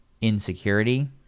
insecurity